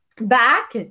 back